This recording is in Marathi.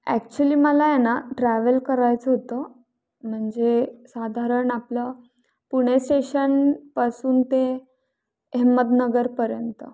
ॲक्च्युली मला आहे ना ट्रॅव्हल करायचं होतं म्हणजे साधारण आपलं पुणे स्टेशनपासून ते अहमदनगरपर्यंत